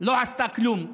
לא עשתה כלום.